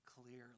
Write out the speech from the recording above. clearly